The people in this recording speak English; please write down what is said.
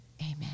Amen